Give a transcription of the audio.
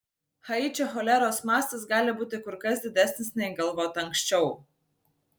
haičio choleros mastas gali būti kur kas didesnis nei galvota anksčiau